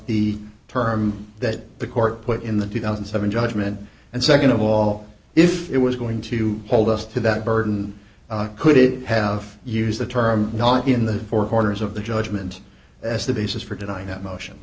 the term that the court put in the two thousand and seven judgment and nd of all if it was going to hold us to that burden could it have used the term not in the four corners of the judgment as the basis for denying that motion